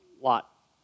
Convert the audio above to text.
Lot